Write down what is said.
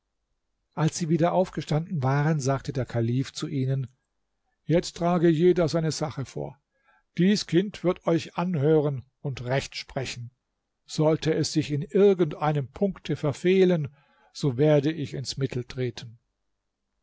als sie wieder aufgestanden waren sagte der kalif zu ihnen jetzt trage jeder seine sache vor dies kind wird euch anhören und recht sprechen sollte es sich in irgend einem punkte verfehlen so werde ich ins mittel treten